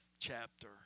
chapter